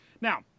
Now